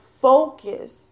focus